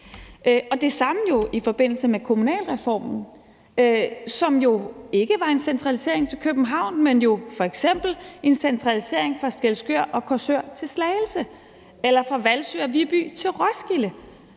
Det samme gælder i forbindelse med kommunalreformen, som jo ikke var en centralisering til København, men f.eks. en centralisering fra Skælskør og Korsør til Slagelse eller fra Hvalsø og Viby til Roskilde.